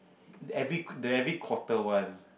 the every the every quarter one